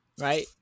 right